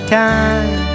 time